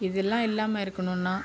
இதெல்லாம் இல்லாமல் இருக்கணுன்னா